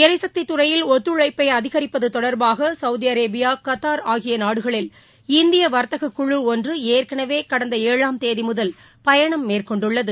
எரிசக்தி துறையில் ஒத்துழைப்பை அதிகரிப்பது தொடர்பாக சவுதி அரேபியா கத்தார் ஆகிய நாடுகளில் இந்திய வர்த்தக குழு ஒன்று ஏற்கனவே கடந்த ஏழாம் தேதி முதல் பயணம் மேற்கொண்டுள்ளது